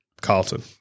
Carlton